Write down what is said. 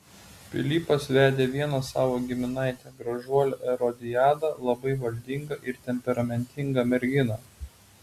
pilypas vedė vieną savo giminaitę gražuolę erodiadą labai valdingą ir temperamentingą merginą